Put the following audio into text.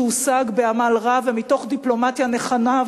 שהושג בעמל רב ומתוך דיפלומטיה נכונה,